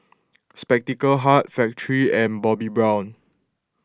Spectacle Hut Factorie and Bobbi Brown